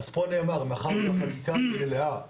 אז פה נאמר, מאחר והחקיקה המלאה,